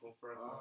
first